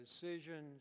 decisions